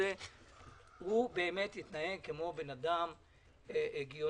הוא באמת התנהג כמו בן אדם הגיוני.